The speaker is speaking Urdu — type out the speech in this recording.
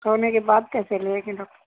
سونے کے بعد کیسے لیں گے ڈاکٹر